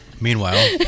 Meanwhile